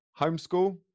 homeschool